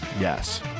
yes